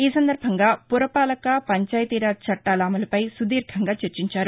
ఈ సందర్భంగా పురపాలక పంచాయతీరాజ్ చట్లాల అమలుపై సుదీర్ఘంగా చర్చించారు